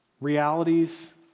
realities